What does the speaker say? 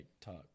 talk